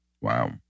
Wow